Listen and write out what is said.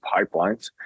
pipelines